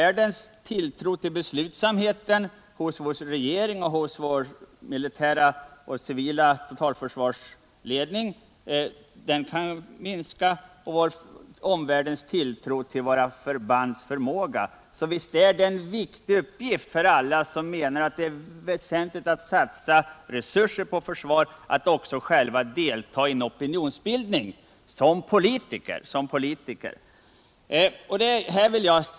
Omvärldens tilltro till beslutsamheten hos vår regering och vår militära och civila totalförsvarsledning kan minska, och likaså omvärldens tilltro till våra förbands förmåga. Så visst är det en viktig uppgift för alla som menar att det är väsentligt att satsa resurser på försvar att också själva som politiker delta i opinionsbildningen.